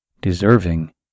deserving